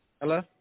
Hello